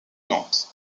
nantes